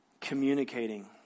communicating